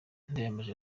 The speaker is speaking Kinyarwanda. ndayambaje